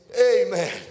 Amen